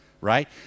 right